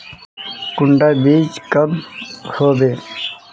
कुंडा बीज कब होबे?